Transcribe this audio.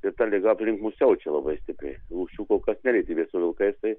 ir ta liga aplink mus siaučia labai stipriai lūšių kol kas nelietė bet su vilkais tai